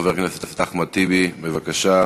חבר הכנסת אחמד טיבי, בבקשה.